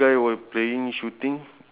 one is sitting down